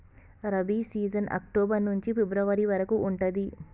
rabi season October నుంచి February వరకు ఉంటది